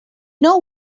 know